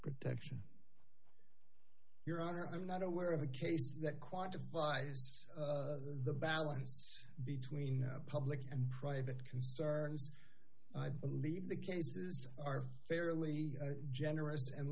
protection your honor i'm not aware of a case that quantified the balance between public and private concerns i believe the cases are fairly generous and